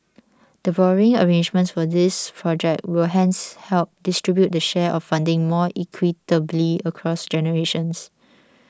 the borrowing arrangements for these project will hence help distribute the share of funding more equitably across generations